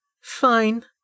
Fine